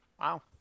Wow